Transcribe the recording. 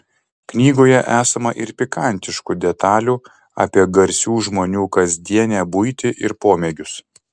knygoje esama ir pikantiškų detalių apie garsių žmonių kasdienę buitį ir pomėgius